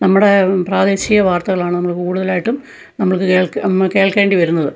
നമ്മുടെ പ്രാദേശിക വാർത്തകളാണ് നമ്മൾ കൂടുതലായിട്ടും നമുക്ക് കേൾക്കേ കേൾക്കേണ്ടി വരുന്നത്